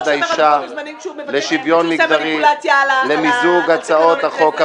סינון אתרי הימורים ותכנים המציגים דברי תועבה באינטרנט),